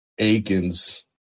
Aikens